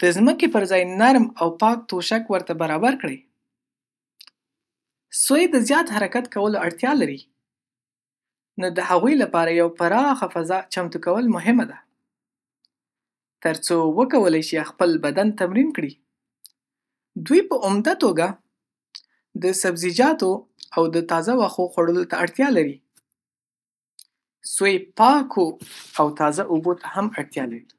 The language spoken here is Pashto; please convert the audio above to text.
د ځمکې پر ځای نرم او پاک توشک ورته برابر کړئ. سوی د زیات حرکت کولو اړتیا لري، نو د هغوی لپاره یوه پراخه فضا چمتو کول مهمه ده، ترڅو وکولی شي خپل بدن تمرین کړي. دوی په عمده توګه د سبزیجاتو او تازه واښه خوړلو ته اړتیا لري، سوی پاکو او تازه اوبو ته هم اړتیا لري